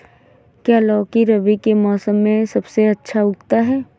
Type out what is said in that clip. क्या लौकी रबी के मौसम में सबसे अच्छा उगता है?